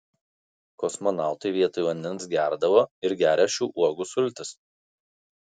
kosmonautai vietoj vandens gerdavo ir geria šių uogų sultis